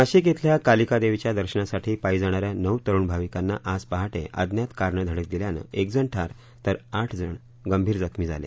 नाशिक शिल्या कालिका देवीच्या दर्शनासाठी पायी जाणा या नऊ तरुण भाविकांना आज पहाटे अज्ञात कारनं धडक दिल्यानं एकजण ठार तर आठजण गंभीर जखमी झाले